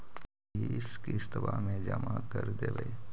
बिस किस्तवा मे जमा कर देवै?